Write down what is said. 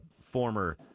former